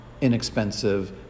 inexpensive